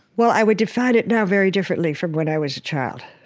well, i would define it now very differently from when i was a child.